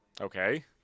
Okay